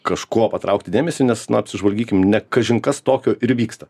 kažkuo patraukti dėmesį nes na apsižvalgykim ne kažin kas tokio ir vyksta